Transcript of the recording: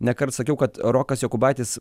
nekart sakiau kad rokas jokubaitis